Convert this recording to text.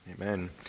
Amen